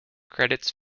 credits